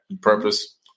purpose